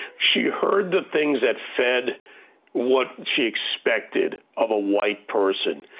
she heard the things that fed what she expected of a white person,